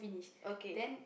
okay